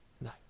No